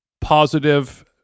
positive